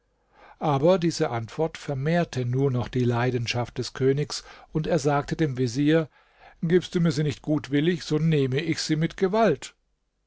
aber diese antwort vermehrte nur noch die leidenschaft des königs und er sagte dem vezier gibst du mir sie nicht gutwillig so nehme ich sie mit gewalt